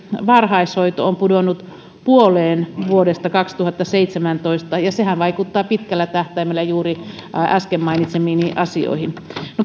varhaishoito on pudonnut puoleen vuodesta kaksituhattaseitsemäntoista ja sehän vaikuttaa pitkällä tähtäimellä juuri äsken mainitsemiini asioihin